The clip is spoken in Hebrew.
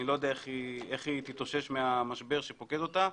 אני לא יודע איך היא תתאושש מהמשבר שפוקד אותה.